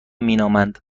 مینامد